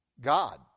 God